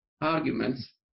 arguments